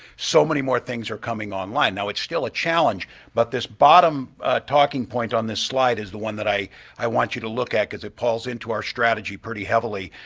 so many more things are coming online. now, it's still a challenge but this bottom tacking point on this slide is the one that i i want you to look at because it pulls into our strategy pretty heavily.